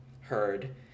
heard